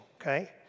okay